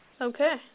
Okay